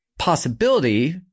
Possibility